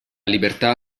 libertà